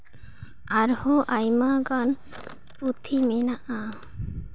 ᱟᱨᱦᱚᱸ ᱟᱭᱢᱟ ᱜᱟᱱ ᱯᱩᱛᱷᱤ ᱢᱮᱱᱟᱜᱼᱟ